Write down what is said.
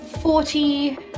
forty